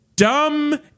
Dumb